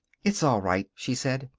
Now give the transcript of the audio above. it's all right, she said.